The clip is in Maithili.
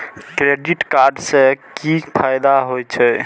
क्रेडिट कार्ड से कि फायदा होय छे?